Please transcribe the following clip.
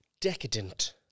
decadent